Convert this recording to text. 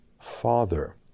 father